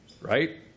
Right